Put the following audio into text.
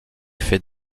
faits